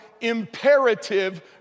imperative